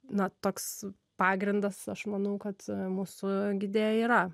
na toks pagrindas aš manau kad mūsų gide yra